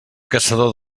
caçador